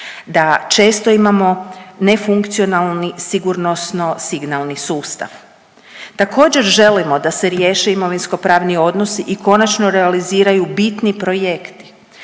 da često imamo nefunkcionalni sigurnosno-signalni sustav. Također, želimo da se riješe imovinskopravni odnosi i konačno realiziraju bitni projekti,